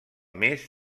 més